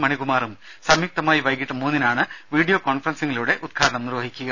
മണികുമാറും സംയുക്തമായി വൈകീട്ട് മുന്നിനാണ് വീഡിയോ കോൺഫറൻസിംഗിലൂടെ ഉദ്ഘാടനം നിർവഹിക്കുക